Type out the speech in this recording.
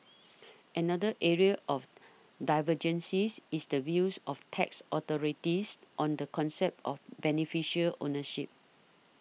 another area of divergences is the views of tax authorities on the concept of beneficial ownership